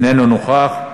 איננו נוכח.